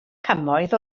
cymoedd